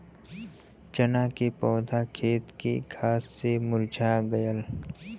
चन्ना क पौधा खेत के घास से मुरझा गयल